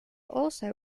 also